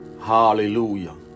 hallelujah